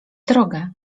drogę